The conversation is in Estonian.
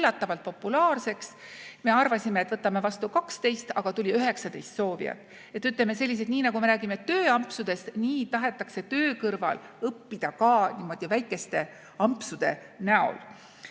üllatavalt populaarseks. Me arvasime, et võtame vastu 12, aga tuli 19 soovijat. Ütleme, nii nagu me räägime tööampsudest, nii tahetakse ka õppida töö kõrvalt niimoodi väikeste ampsudena.